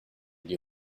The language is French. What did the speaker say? des